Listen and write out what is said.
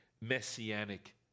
messianic